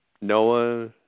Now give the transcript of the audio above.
Noah